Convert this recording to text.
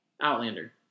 Outlander